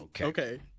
Okay